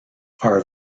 are